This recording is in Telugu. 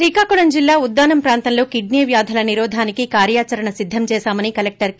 శ్రీకాకుళం జిల్లా ఉద్దానం ప్రాంతంలో కిడ్పీ వ్యాధుల నిరోధానికి కార్యాచరణ సిద్గం చేసామని కలెక్షర్ కే